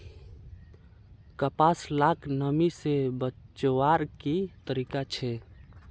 कपास लाक नमी से बचवार की तरीका छे?